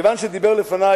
כיוון שדיבר לפני,